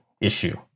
issue